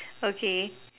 okay